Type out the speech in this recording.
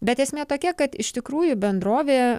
bet esmė tokia kad iš tikrųjų bendrovė